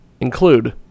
include